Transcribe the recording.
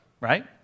right